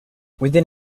within